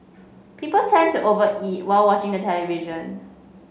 people tend to over eat while watching the television